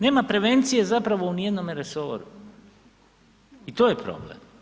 Nema prevencije zapravo ni u jednome resoru i to je problem.